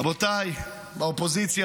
רבותיי באופוזיציה,